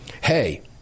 hey